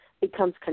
becomes